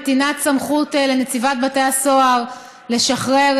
נתינת סמכות לנציבת בתי הסוהר לשחרר